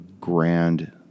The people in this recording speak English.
grand